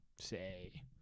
say